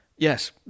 Yes